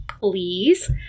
please